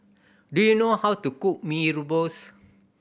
do you know how to cook Mee Rebus